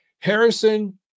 Harrison